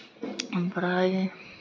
ओमफ्राइ